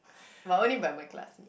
but only by my class